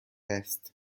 است